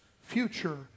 future